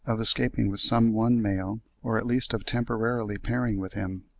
of escaping with some one male, or at least of temporarily pairing with him.